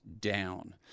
down